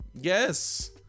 yes